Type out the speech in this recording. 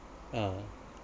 ah